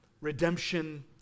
redemption